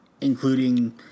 including